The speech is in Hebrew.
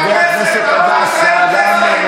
חבר הכנסת עבאס, תירגע.